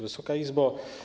Wysoka Izbo!